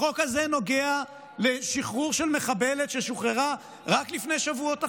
החוק הזה נוגע לשחרור של מחבלת ששוחררה רק לפני שבועות אחדים.